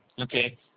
Okay